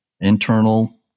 internal